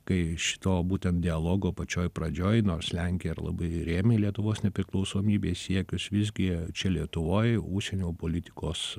kai šito būtent dialogo pačioj pradžioj nors lenkija ir labai rėmė lietuvos nepriklausomybės siekius visgi čia lietuvoj užsienio politikos